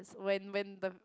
when when the